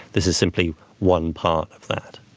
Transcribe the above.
this is simply one part of that.